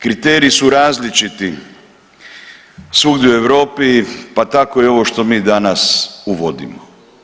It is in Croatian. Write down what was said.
Kriteriji su različiti svugdje u Europi pa tako i ovo što mi danas uvodimo.